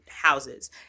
houses